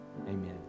Amen